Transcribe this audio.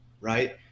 right